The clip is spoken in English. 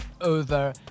over